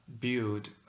build